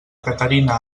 caterina